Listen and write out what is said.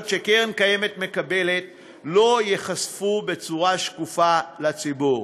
שקרן הקיימת מקבלת לא ייחשפו בצורה שקופה לציבור.